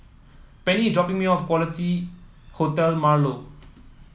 Penni is dropping me off Quality Hotel Marlow